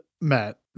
Matt